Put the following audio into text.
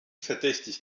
verdächtig